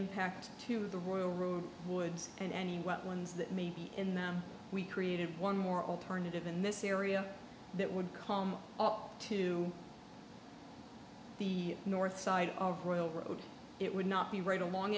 impact to the royal road woods and what ones that may be in them we created one more alternative in this area that would come up to the north side of royal road it would not be right along